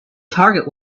target